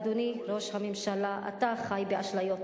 אדוני ראש הממשלה, אתה חי באשליות.